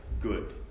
good